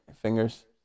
fingers